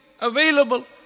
available